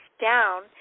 down